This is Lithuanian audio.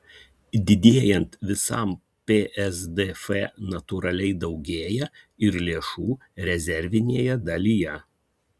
didėjant visam psdf natūraliai daugėja ir lėšų rezervinėje dalyje